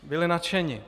Byli nadšeni.